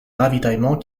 ravitaillement